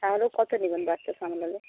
তাহলে কত নেবেন বাচ্চা সামলালে